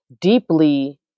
deeply